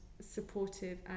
supportive